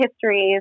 histories